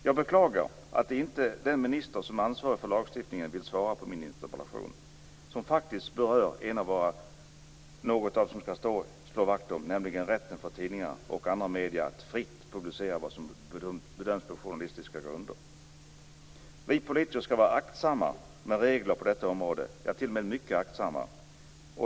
Jag beklagar att inte den minister som ansvarar för lagstiftningen vill svara på min interpellation som faktiskt berör något som vi skall slå vakt om, nämligen rätten för tidningar och andra medier att fritt publicera vad som bedöms angeläget på journalistiska grunder. Vi politiker skall vara aktsamma med regler på detta område, t.o.m. mycket aktsamma.